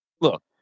look